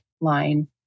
line